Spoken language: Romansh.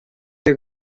sia